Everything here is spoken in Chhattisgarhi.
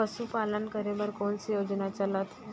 पशुपालन करे बर कोन से योजना चलत हे?